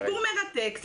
סיפור מרתק,